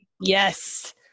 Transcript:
Yes